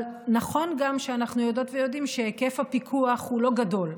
אבל נכון גם שאנחנו יודעות ויודעים שהיקף הפיקוח הוא לא גדול.